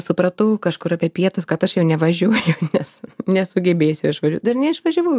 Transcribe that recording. supratau kažkur apie pietus kad aš jau nevažiuoju nes nesugebėsiu aš va ir neišvažiavau